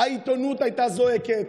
העיתונות הייתה זועקת,